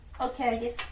okay